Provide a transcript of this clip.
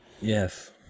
yes